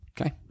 Okay